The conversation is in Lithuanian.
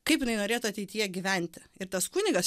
kaip jinai norėtų ateityje gyventi ir tas kunigas